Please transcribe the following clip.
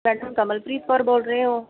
madam Kamalpreet Kaur ਬੋਲ ਰਹੇ ਹੋ